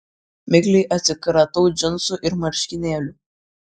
mikliai atsikratau džinsų ir marškinėlių